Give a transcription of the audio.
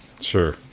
sure